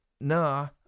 no